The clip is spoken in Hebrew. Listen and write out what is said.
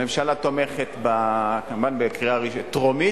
הממשלה תומכת כמובן בקריאה טרומית,